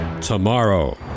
tomorrow